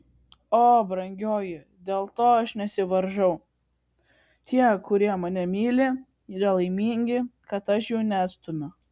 o brangioji dėl to aš nesivaržau tie kurie mane myli yra laimingi kad aš jų neatstumiu